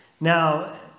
now